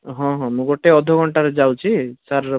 ହଁ ହଁ ମୁଁ ଗୋଟେ ଅଧଘଣ୍ଟାରେ ଯାଉଛି ସାର୍